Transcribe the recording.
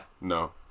No